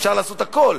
אפשר לעשות הכול,